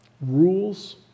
rules